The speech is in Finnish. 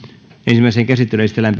ensimmäiseen käsittelyyn esitellään